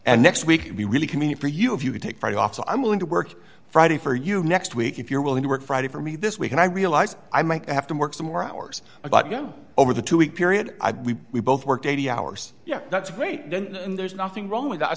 and next week be really communion for you if you take friday off so i'm willing to work friday for you next week if you're willing to work friday for me this week and i realize i might have to work some more hours about you over the two week period i believe we both worked eighty hours yeah that's great then and there's nothing wrong with that